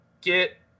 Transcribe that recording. get